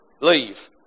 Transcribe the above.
Leave